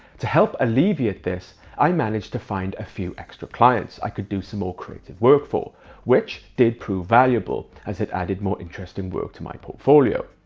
to help alleviate this, i managed to find a few extra clients. i could do some more creative work for which did prove valuable as it added more interest in work to my portfolio.